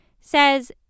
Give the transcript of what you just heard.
says